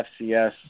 FCS